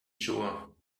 sure